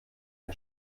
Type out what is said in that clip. ein